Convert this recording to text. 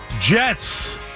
Jets